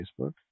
Facebook